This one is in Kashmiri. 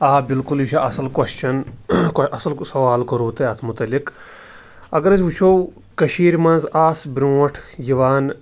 آ بلکل یہِ چھُ اَصٕل کوٚسچَن کوٚ اَصٕل سوال کوٚروُ تۄہہِ اَتھ متعلق اگر أسۍ وٕچھو کٔشیٖرِ منٛز آسہٕ بروںٛٹھ یِوان